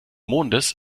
mondes